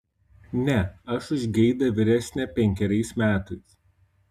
ne aš už geidą vyresnė penkeriais metais